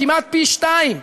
כמעט פי שניים.